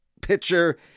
pitcher